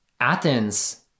Athens